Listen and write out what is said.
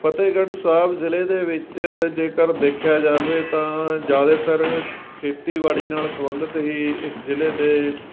ਫਤਿਹਗੜ੍ਹ ਸਾਹਿਬ ਜ਼ਿਲ੍ਹੇ ਦੇ ਵਿੱਚ ਜੇਕਰ ਦੇਖਿਆ ਜਾਵੇ ਤਾਂ ਜ਼ਿਆਦਾਤਰ ਖੇਤੀਬਾੜੀ ਨਾਲ ਸੰਬੰਧਿਤ ਹੀ ਇਸ ਜ਼ਿਲ੍ਹੇ ਦੇ